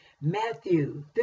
Matthew